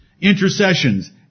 intercessions